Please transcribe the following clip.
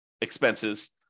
expenses